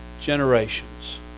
generations